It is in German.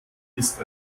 ist